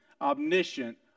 omniscient